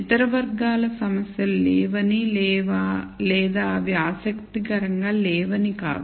ఇతర వర్గాల సమస్యలు లేవని లేదా అవి ఆసక్తికరంగా లేవని కాదు